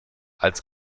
als